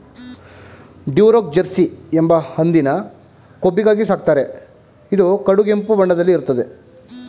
Duroc Jersey ಎಂಬ ಹಂದಿನ ಕೊಬ್ಬಿಗಾಗಿ ಸಾಕ್ತಾರೆ ಇದು ಕಡುಗೆಂಪು ಬಣ್ಣದಲ್ಲಿ ಇರ್ತದೆ